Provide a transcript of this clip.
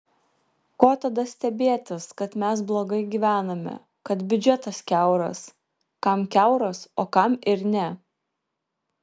ko tada stebėtis kad mes blogai gyvename kad biudžetas kiauras kam kiauras o kam ir ne